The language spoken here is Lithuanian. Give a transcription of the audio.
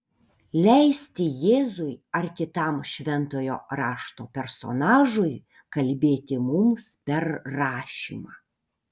leisti jėzui ar kitam šventojo rašto personažui kalbėti mums per rašymą